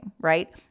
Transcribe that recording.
right